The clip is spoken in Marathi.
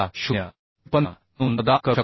53 म्हणून प्रदान करू शकतो